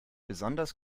besonders